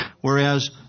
whereas